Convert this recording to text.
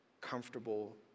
comfortable